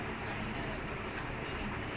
uh ya